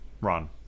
run